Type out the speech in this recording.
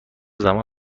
زمان